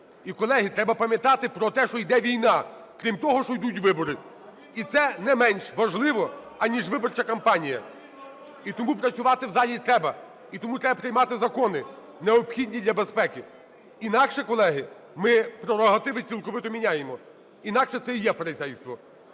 І, колеги, треба пам'ятати про те, що йде війна, крім того, що йдуть вибори, і це не менш важливо, аніж виборча кампанія. І тому працювати в залі треба, і тому треба приймати закони, необхідні для безпеки. Інакше, колеги, ми прерогативи цілковито міняємо. Інакше це і є фарисейство.